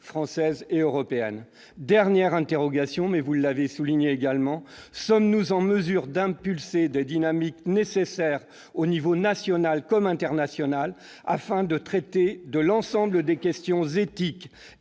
française et européenne ? Dernière interrogation, que vous avez vous aussi soulignée, sommes-nous en mesure d'impulser les dynamiques nécessaires au niveau national et international afin de traiter de l'ensemble des questions éthiques